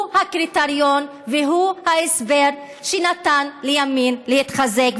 הוא הקריטריון והוא ההסבר שנתן לימין להתחזק,